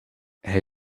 hij